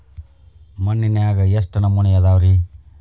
ಮಣ್ಣಿನಾಗ ಎಷ್ಟು ನಮೂನೆ ಅದಾವ ರಿ?